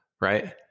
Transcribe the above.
Right